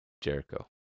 Jericho